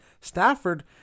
Stafford